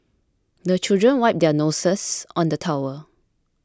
the children wipe their noses on the towel